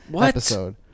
episode